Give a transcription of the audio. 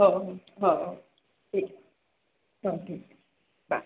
हो हो हो हो ठीक आहे हो ठीक आहे बाय